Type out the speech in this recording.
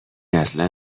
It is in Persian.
اصلا